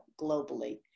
globally